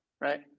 Right